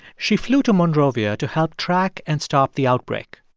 she flew to monrovia to help track and stop the outbreak.